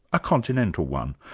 a continental one,